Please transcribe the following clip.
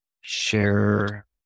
share